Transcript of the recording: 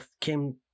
came